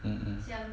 mm mm